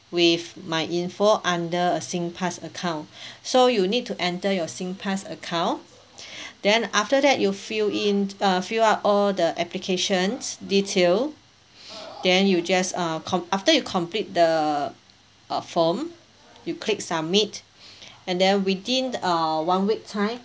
with my info under a singpass account so you need to enter your singpass account then after that you fill in uh fill up all the applications detail then you just uh com~ after you complete the uh form you click submit and then within uh one week time